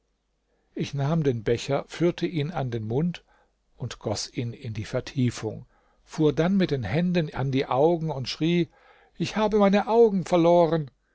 ich nahm den becher führte ihn an den mund und goß ihn in die vertiefung fuhr dann mit den händen an die augen und schrie ich habe meine augen verloren